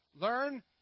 Learn